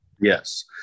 yes